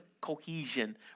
cohesion